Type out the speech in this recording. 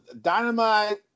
dynamite